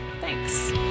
Thanks